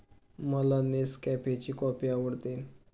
मला नेसकॅफेची कॉफी आवडते